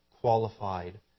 qualified